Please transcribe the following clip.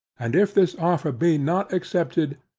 and if this offer be not accepted,